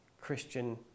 Christian